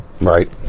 Right